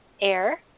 air